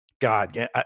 God